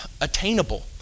attainable